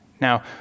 Now